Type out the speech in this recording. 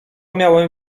miałem